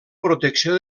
protecció